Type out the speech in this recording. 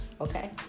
okay